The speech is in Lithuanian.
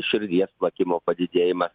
širdies plakimo padidėjimas